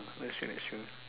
let change that shoe